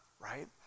right